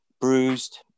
bruised